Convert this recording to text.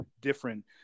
different